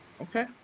Okay